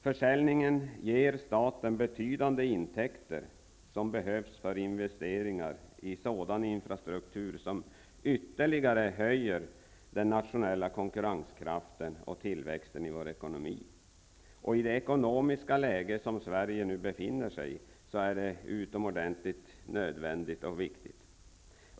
Försäljningen ger staten betydande intäkter som behövs för investeringar i sådan infrastruktur som ytterligare höjer den nationella konkurrenskraften och tillväxten i vår ekonomi. I det ekonomiska läge som Sverige befinner sig i just nu är detta utomordentligt nödvändigt och viktigt.